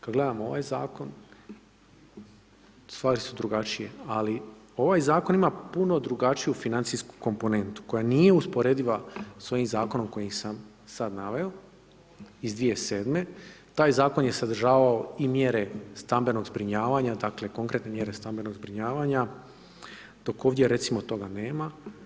Kad gledamo ovaj zakon stvari su drugačije, ali ovaj zakon ima puno drugačiju financijsku komponentu koja nije usporediva s ovim zakonom koji sam sad naveo iz 2007., taj zakon je sadržavao i mjere stambenog zbrinjavanja, dakle konkretne mjere stambenog zbrinjavanja, dok ovdje recimo toga nema.